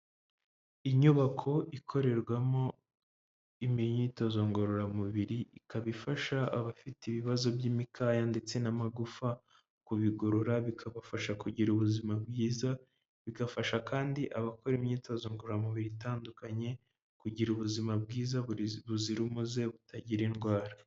Inyubako ikorerwamo imyitozo ngororamubiri, ikaba ifasha abafite ibibazo by'imikaya ndetse n'amagufa kubigorora bikabafasha kugira ubuzima bwiza, bigafasha kandi abakora imyitozo ngororamubiri itandukanye, kugira ubuzima bwiza buzira umuze butagira indwara.